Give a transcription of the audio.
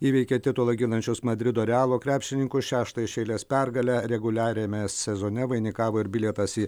įveikė titulą ginančius madrido realo krepšininkus šeštą iš eilės pergalę reguliariame sezone vainikavo ir bilietas į